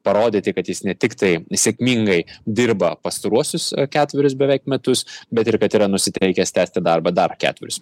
parodyti kad jis ne tiktai sėkmingai dirba pastaruosius ketverius beveik metus bet ir kad yra nusiteikęs tęsti darbą dar ketverius